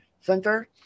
center